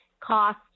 cost